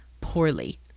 poorly